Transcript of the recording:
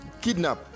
kidnap